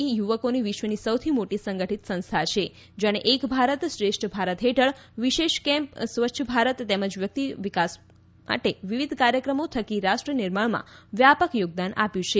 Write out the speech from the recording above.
એ યુવકોની વિશ્વની સૌથી મોટી સંગઠિત સંસ્થા છે જેણે એક ભારત શ્રેષ્ઠ ભારત હેઠળ વિશેષ કેમ્પ સ્વચ્છ ભારત તેમજ વ્યક્તિત્વ વિકાસ માટે વિવિધ કાર્યક્રમો થકી રાષ્ટ્ર નિર્માણમાં વ્યાપક યોગદાન આપ્યું છે